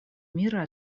мира